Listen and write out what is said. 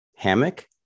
Hammock